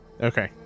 Okay